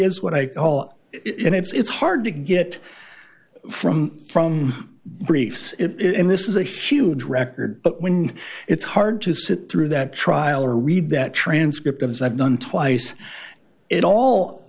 is what i call it it's hard to get from from briefs it in this is a huge record but when it's hard to sit through that trial or read that transcript of his i've done twice it all